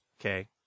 Okay